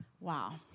Wow